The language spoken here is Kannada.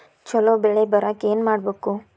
ಛಲೋ ಬೆಳಿ ಬರಾಕ ಏನ್ ಮಾಡ್ಬೇಕ್?